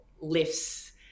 lifts